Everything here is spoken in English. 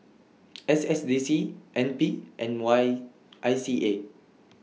S S D C N P and Y I C A